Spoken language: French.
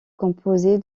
composé